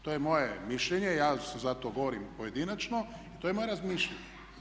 To je moje mišljenje, ja za to govorim pojedinačno i to je moje razmišljanje.